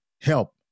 help